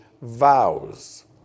vows